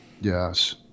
Yes